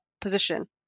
position